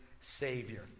savior